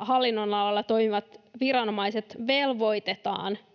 hallinnonaloilla toimivat viranomaiset velvoitetaan